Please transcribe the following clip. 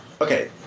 okay